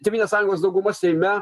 tėvynės sąjungos dauguma seime